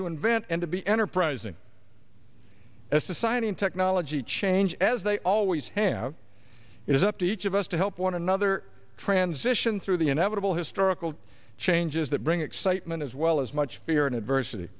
to invent and to be enterprising as society and technology change as they always have it is up to each of us to help one another transition through the inevitable historical changes that bring excitement as well as much fear and advers